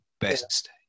best